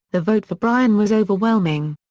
the vote for bryan was overwhelming.